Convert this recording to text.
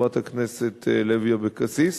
חברת הכנסת לוי אבקסיס.